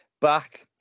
Back